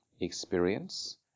experience